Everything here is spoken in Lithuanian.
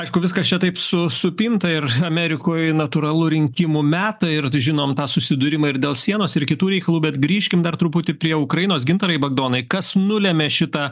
aišku viskas čia taip su supinta ir amerikoj natūralu rinkimų metai ir tai žinom tą susidūrimą ir dėl sienos ir kitų reikalų bet grįžkim dar truputį prie ukrainos gintarai bagdonai kas nulemia šitą